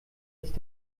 ist